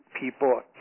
people